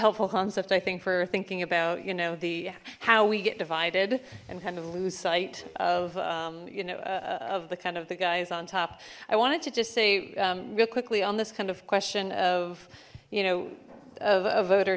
helpful concept i think for thinking about you know the how we get divided and kind of lose sight of you know of the kind of the guys on top i wanted to just say real quickly on this kind of question of you know of a voter